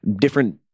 different